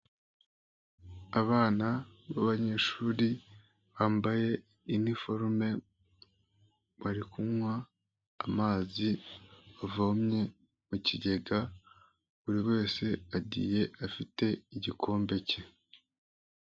Abana b'abanyeshuri bambaye uniforme, bari kunywa amazi bavomye mu kigega, buri wese agiye afite igikombe cye.